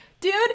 Dude